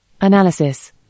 Analysis